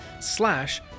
slash